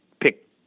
pick